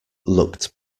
looked